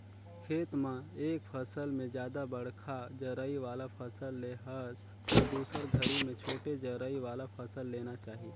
खेत म एक फसल में जादा बड़खा जरई वाला फसल ले हस त दुसर घरी में छोटे जरई वाला फसल लेना चाही